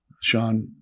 Sean